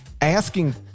asking